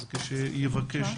אז כשהוא יבקש,